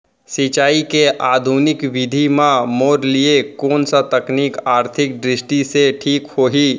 सिंचाई के आधुनिक विधि म मोर लिए कोन स तकनीक आर्थिक दृष्टि से ठीक होही?